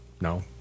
No